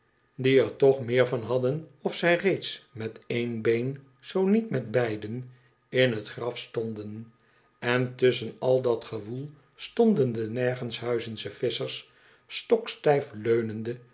die toch er meer van hadden of zij reeds met een been zoo niet met beide in het graf stonden en tusschen al dat gewoel stonden de nergonshuizensche visschers stokstijf leunende